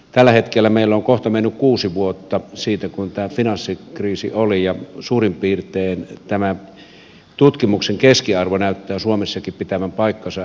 tällä hetkellä meillä on kohta mennyt kuusi vuotta siitä kun tämä finanssikriisi oli ja suurin piirtein tämä tutkimuksen keskiarvo näyttää suomessakin pitävän paikkansa